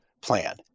plan